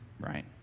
right